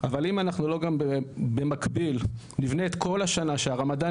אבל אם אנחנו במקביל לא ניבנה את כל השנה שהרמדאן